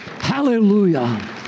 Hallelujah